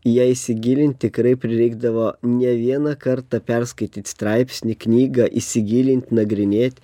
į ją įsigilint tikrai prireikdavo ne vieną kartą perskaityt straipsnį knygą įsigilint nagrinėt